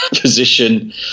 position